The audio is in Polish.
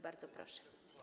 Bardzo proszę.